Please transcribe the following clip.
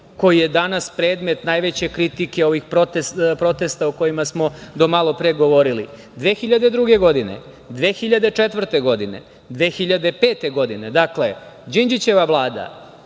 koji je danas predmet najveće kritike ovih protesta o kojima smo do malopre govorili. Godine 2002, 2004, 2005, dakle Đinđićeva Vlada,